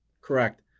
Correct